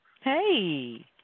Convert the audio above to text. Hey